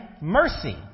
mercy